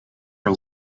her